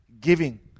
giving